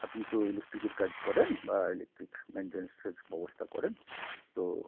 আপনি তো ইলেকট্রিকের কাজ করেন বা ইলেকট্রিক মেনটেনেন্সের ব্যবস্থা করেন তো